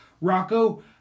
Rocco